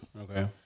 Okay